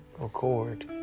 record